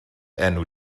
enw